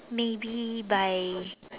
maybe by